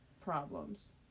problems